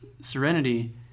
Serenity